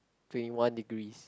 twenty one degrees